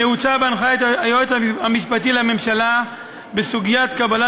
נעוץ בהנחיית היועץ המשפטי לממשלה בסוגיית קבלת